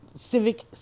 civic